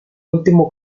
último